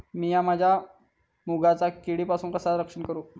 मीया माझ्या मुगाचा किडीपासून कसा रक्षण करू?